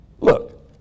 Look